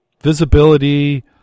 visibility